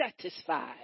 satisfied